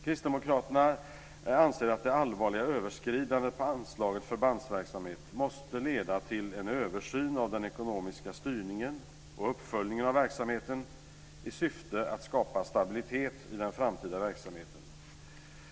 Kristdemokraterna anser att det allvarliga överskridandet av anslaget Förbandsverksamhet måste leda till en översyn av den ekonomiska styrningen och uppföljningen av verksamheten i syfte att skapa stabilitet i den framtida verksamheten.